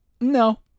no